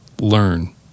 learn